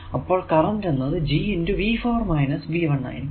അപ്പോൾ കറന്റ് എന്നത് G ആയിരിക്കും